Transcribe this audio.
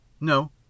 No